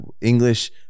English